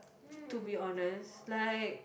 to be honest like